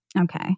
Okay